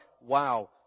wow